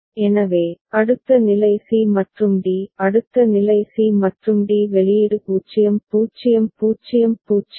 எனவே அடுத்த நிலை c மற்றும் d அடுத்த நிலை c மற்றும் d வெளியீடு 0 0 0 0